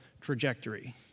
trajectory